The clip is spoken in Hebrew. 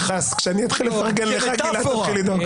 כשאני אתחיל לפרגן לך, גלעד, תתחיל לדאוג.